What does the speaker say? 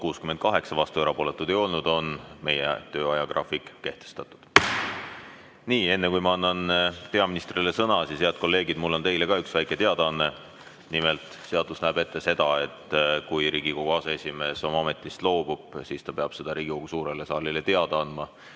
ega erapooletuid ei ole, on meie töö ajagraafik kehtestatud. Enne kui ma annan peaministrile sõna, head kolleegid, mul on teile ka üks väike teadaanne. Nimelt, seadus näeb ette seda, et kui Riigikogu aseesimees oma ametist loobub, siis ta peab seda Riigikogu suurele saalile teada andma.